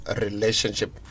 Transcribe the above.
relationship